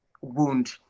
wound